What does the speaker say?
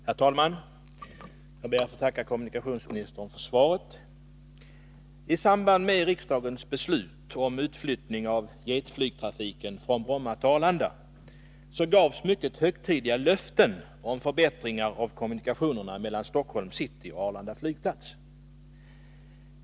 Herr talman! Jag ber att få tacka kommunikationsministern för svaret. I samband med riksdagens beslut om utflyttning av jetflygtrafiken från Bromma till Arlanda gavs mycket högtidliga löften om förbättringar av kommunikationerna mellan Stockholms city och Arlanda flygplats.